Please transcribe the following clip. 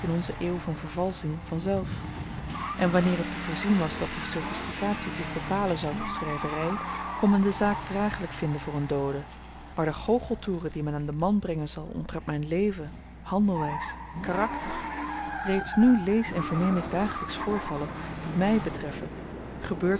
eeuw van vervalsching vanzelf en wanneer het te voorzien was dat die sofistikatie zich bepalen zou tot schryvery kon men de zaak dragelyk vinden voor n doode maar de goocheltoeren die men aan den man brengen zal omtrent m'n leven handelwys karakter reeds nu lees en verneem ik dagelyks voorvallen die my betreffen